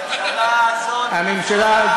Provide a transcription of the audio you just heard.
הממשלה הזאת,